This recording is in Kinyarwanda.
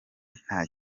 nta